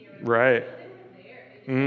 Right